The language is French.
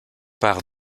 par